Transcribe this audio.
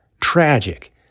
Tragic